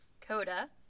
Coda